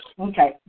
okay